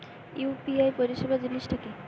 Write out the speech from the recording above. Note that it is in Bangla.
ইউ.পি.আই পরিসেবা জিনিসটা কি?